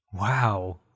Wow